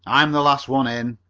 i'm the last one in,